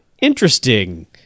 Interesting